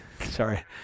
Sorry